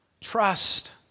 Trust